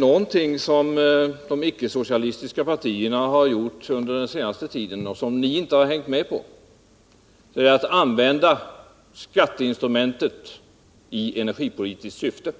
Något som de icke-socialistiska partierna har gjort under den senaste tiden och som ni inte har hängt med på är att använda skatteinstrumentet i energipolitiskt syfte.